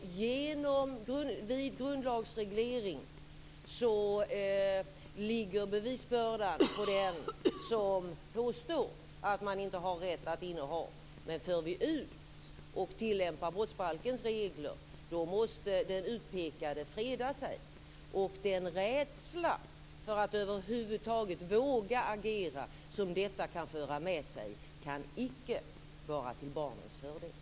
Vid grundlagsreglering ligger bevisbördan på den som påstår att man inte har rätt till innehav. Men om vi för ut och tillämpar brottsbalkens regler måste den utpekade freda sig. Den rädsla för att över huvud taget våga agera som detta kan föra med sig kan icke vara till barnens fördel.